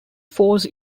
force